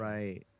Right